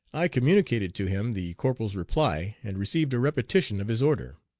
i communicated to him the corporal's reply, and received a repetition of his order.